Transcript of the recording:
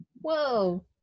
Whoa